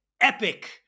epic